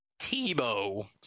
Tebow